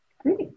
great